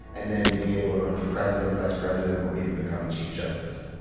and then being able to run for president, vice president or even becoming chief justice